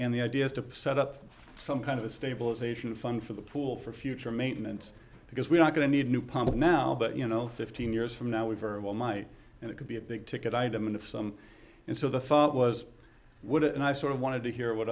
and the idea is to set up some kind of a stabilization fund for the pool for future maintenance because we're not going to need new pumps now but you know fifteen years from now we very well might and it could be a big ticket item if some and so the thought was would it and i sort of wanted to hear what